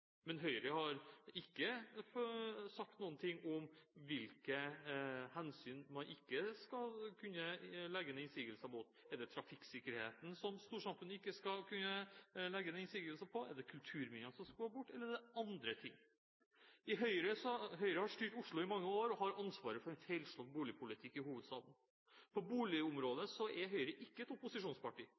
Men Høyre har ikke sagt noe om hvilke hensyn man ikke skal kunne legge inn innsigelser mot. Er det trafikksikkerheten som storsamfunnet ikke skal kunne legge inn innsigelse på, er det kulturminnene som skal bort eller er det andre ting? Høyre har styrt Oslo i mange år og har ansvaret for en feilslått boligpolitikk i hovedstaden. På boligområdet er Høyre ikke et opposisjonsparti.